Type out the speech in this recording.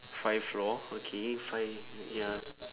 five floor okay five ya